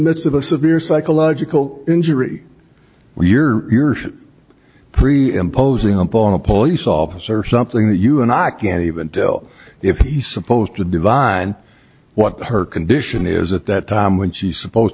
midst of a severe psychological injury where you're imposing upon a police officer something that you and i can't even tell if he's supposed to divine what her condition is at that time when she's supposed